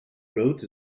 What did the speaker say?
roads